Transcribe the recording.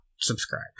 subscribe